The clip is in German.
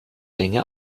länge